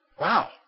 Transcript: Wow